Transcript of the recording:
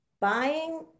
buying